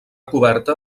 coberta